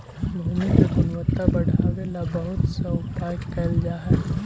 भूमि के गुणवत्ता बढ़ावे ला बहुत से उपाय कैल जा हई